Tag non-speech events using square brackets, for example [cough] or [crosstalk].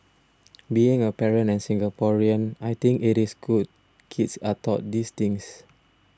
[noise] being a parent and Singaporean I think it is good kids are taught these things